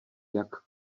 jak